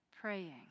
praying